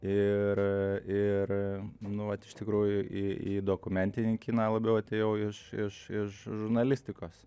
ir ir nu vat iš tikrųjų į į dokumentinį kiną labiau atėjau iš iš iš žurnalistikos